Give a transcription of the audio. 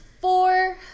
four